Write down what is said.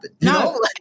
No